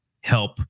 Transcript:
help